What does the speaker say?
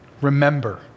remember